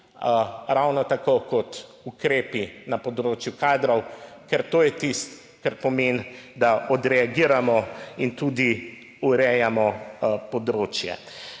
ravno tako kot ukrepi na področju kadrov, ker to je tisto, kar pomeni, da odreagiramo in tudi urejamo področje.